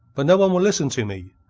but no one will listen to me.